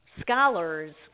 scholars